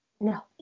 No